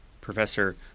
Professor